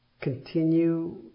continue